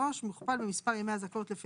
טור 4 רכיבי שכר ערך שעה לעובד שמירה